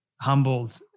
humbled